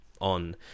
on